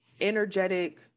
energetic